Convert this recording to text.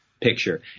picture